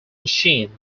machine